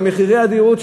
במחירי הדירות,